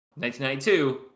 1992